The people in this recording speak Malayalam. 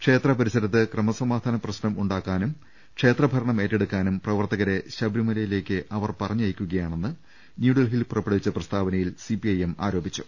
ക്ഷേത്ര പരിസരത്ത് ക്രമസമാധാന പ്രശ്നം ഉണ്ടാക്കാനും ക്ഷേത്ര ഭരണം ഏറ്റെടുക്കാനും പ്രവർത്തകരെ ശബരിമലയിലേക്ക് അവർ പറഞ്ഞയക്കുകയാണെന്ന് ന്യൂഡൽഹിയിൽ പുറപ്പെടുവിച്ച പ്രസ്താവനയിൽ സിപിഐഎം ആരോപിച്ചു